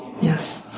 Yes